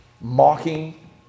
Mocking